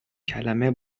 کلمه